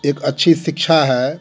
एक अच्छी शिक्षा है